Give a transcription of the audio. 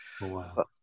wow